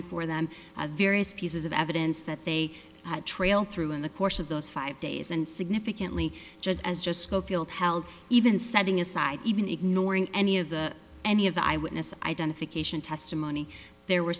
before them various pieces of evidence that they trailed through in the course of those five days and significantly just as just schofield held even setting aside even ignoring any of the any of the eyewitness identification testimony there were